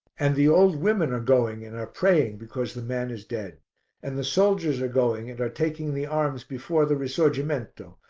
and the old women are going and are praying because the man is dead and the soldiers are going and are taking the arms before the risorgimento,